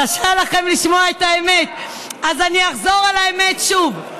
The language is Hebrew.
קשה לכם לשמוע את האמת, אז אני אחזור על האמת שוב.